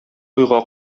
уйга